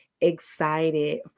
excited